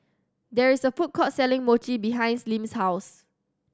there is a food court selling Mochi behind Lim's house